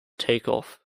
takeoff